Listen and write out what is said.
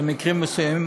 במקרים מסוימים,